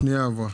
הפנייה עברה.